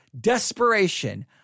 desperation